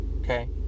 okay